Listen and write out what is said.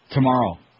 Tomorrow